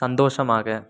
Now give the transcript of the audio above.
சந்தோஷமாக